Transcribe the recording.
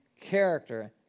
character